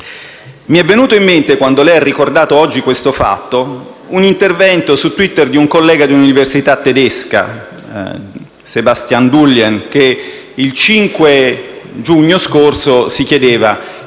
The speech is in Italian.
Mi è venuto in mente, quando lei ha ricordato oggi questo fatto, un intervento su twitter di un collega di un'università tedesca, Sebastian Dullien, che il 5 giugno scorso si chiedeva